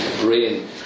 brain